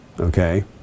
Okay